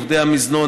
עובדי המזנון,